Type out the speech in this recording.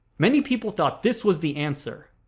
many people thought this was the answer,